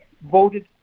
voted